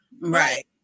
right